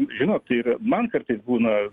žinot ir man kartais būna